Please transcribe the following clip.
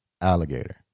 alligator